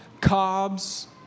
cobs